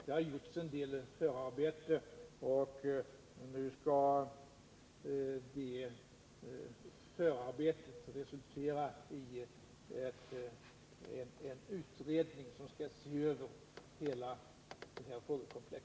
Det har gjorts en del förarbeten. och dessa skall nu resultera i en utredning med uppgift att se över hela detta frågekomplex.